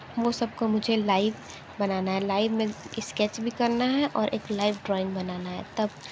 वो सब को मुझे लाइव बनाना है लाइव में स्केच भी करना है और एक लाइव ड्राइंग बनाना है तब